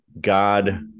God